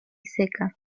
seca